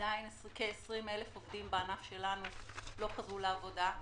עדין כ-20,000 עובדים בענף שלנו לא חזרו לעבודה,